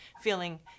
feeling